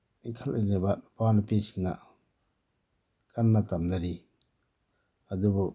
ꯏꯟꯈꯠꯂꯛꯂꯤꯕ ꯅꯨꯄꯥ ꯅꯨꯄꯤ ꯁꯤꯡꯅ ꯀꯟꯅ ꯇꯝꯅꯔꯤ ꯑꯗꯨꯕꯨ